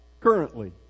currently